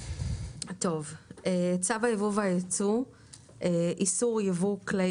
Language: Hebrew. "צו היבוא והיצוא (איסור ייבוא כלי